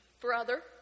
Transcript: brother